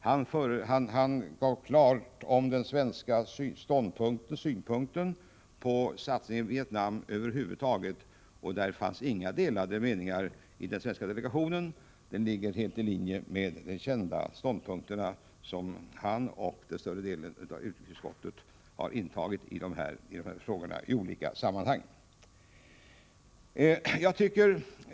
Han klargjorde på ett tydligt sätt den svenska inställningen till satsningarna i Vietnam. Det rådde inte heller några delade meningar i den svenska delegationen därom. Uppfattningarna ligger helt i linje med den syn som både han och större delen av utskottet har intagit i dessa frågor.